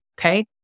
Okay